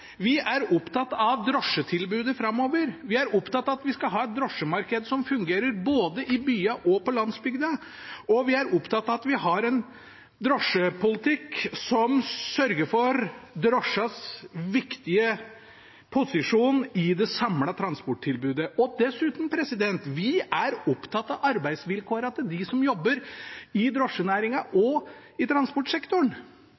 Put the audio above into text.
Vi er opptatt av drosjetilbudet framover, vi er opptatt av at vi skal ha et drosjemarked som fungerer både i byene og på landsbygda. Og vi er opptatt av at vi har en drosjepolitikk som sørger for drosjas viktige posisjon i det samlede transporttilbudet. Dessuten – vi er opptatt av arbeidsvilkårene til dem som jobber i